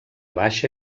baixa